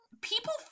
people